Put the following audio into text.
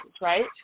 right